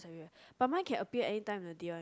but mine can appear anytime in the day one